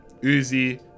Uzi